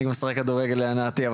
אני משחק כדורגל להנאתי,